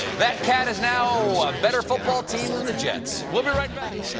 that cat is now a better football team than the jets. we'll be right back